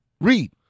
read